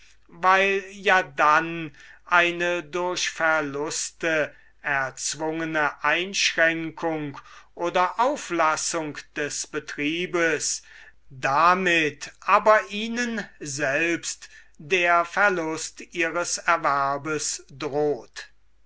weil ja dann eine durch verluste erzwungene einschränkung oder auflassung des betriebes damit aber ihnen selbst der verlust ihres erwerbes droht